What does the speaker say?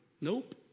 Nope